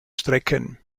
strecken